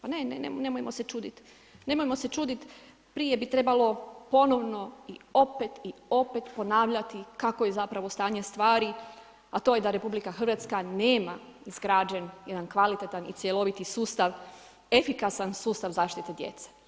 Ma ne, nemojmo se čuditi, nemojmo se čuditi prije bi trebalo ponovno i opet i opet ponavljati kako je zapravo stanje stvari, a to je da RH nema izgrađen jedan kvalitetan i cjeloviti sustav, efikasan sustav zaštite djece.